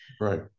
Right